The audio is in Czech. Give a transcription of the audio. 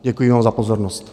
Děkuji vám za pozornost.